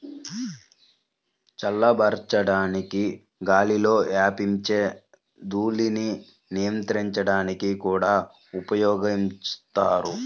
చల్లబరచడానికి గాలిలో వ్యాపించే ధూళిని నియంత్రించడానికి కూడా ఉపయోగిస్తారు